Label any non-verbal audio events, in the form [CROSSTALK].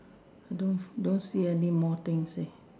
don't [NOISE] don't see any more things leh